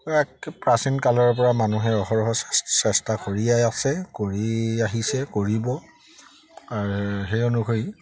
এক প্ৰাচীন কালৰ পৰা মানুহে অহৰহ চেষ্টা কৰিয়ে আছে কৰি আহিছে কৰিব সেই অনুসৰি